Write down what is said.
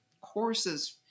courses